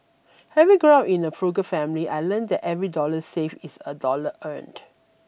having grown up in a frugal family I learnt that every dollar saved is a dollar earned